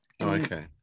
okay